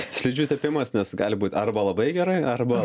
slidžių tepimas nes gali būt arba labai gerai arba